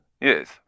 Yes